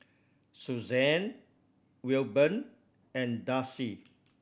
Susanne Wilburn and Darcie